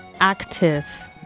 active